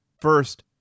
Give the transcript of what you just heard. First